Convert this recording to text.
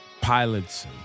pilots